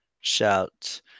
shout